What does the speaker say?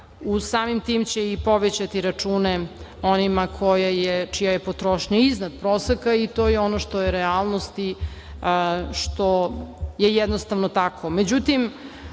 samim tim će i povećati račune onima čija je potrošnja iznad proseka, i to je ono što je realnost i što je jednostavno